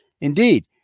Indeed